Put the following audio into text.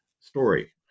story